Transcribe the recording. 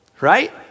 right